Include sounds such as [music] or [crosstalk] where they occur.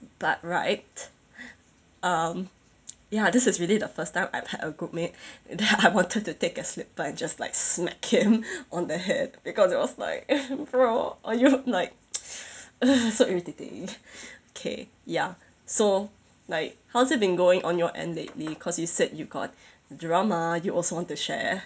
but right um ya this is really the first time I've had a groupmate that I wanted to take a slip by and just like smack him on the head because it was like [laughs] bro why you like [noise] ugh so irritating okay ya so like how's it been going on your end lately cause you said you got drama you also want to share